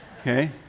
Okay